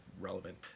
relevant